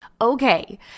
Okay